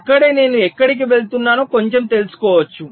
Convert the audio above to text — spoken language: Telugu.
అక్కడే నేను ఎక్కడికి వెళుతున్నానో కొంచెం తెలుసుకోవచ్చు